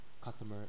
customer